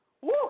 Woo